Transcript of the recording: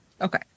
okay